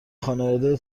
خانواده